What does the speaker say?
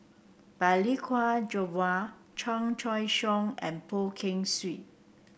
Balli Kaur Jaswal Chan Choy Siong and Poh Kay Swee